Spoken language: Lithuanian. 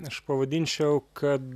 aš pavadinčiau kad